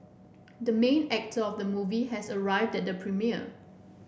the main actor of the movie has arrived at the premiere